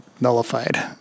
nullified